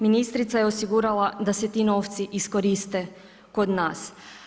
Ministrica je osigurala da se ti novci iskoriste kod nas.